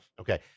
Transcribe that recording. okay